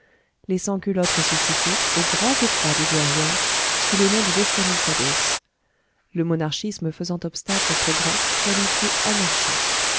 les sans culottes ressuscités au grand effroi des douairières sous le nom de descamisados le monarchisme faisant obstacle au progrès qualifié anarchie